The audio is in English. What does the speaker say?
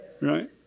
Right